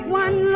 one